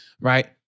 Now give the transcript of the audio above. right